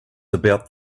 about